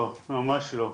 לא, ממש לא.